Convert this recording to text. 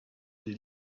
des